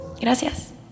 Gracias